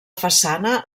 façana